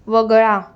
वगळा